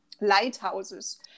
lighthouses